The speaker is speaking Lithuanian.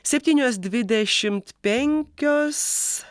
septynios dvidešimt penkios